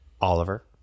Oliver